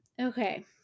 Okay